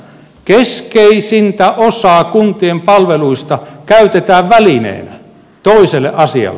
keskeisintä osaa kuntien palveluista käytetään välineenä toiselle asialle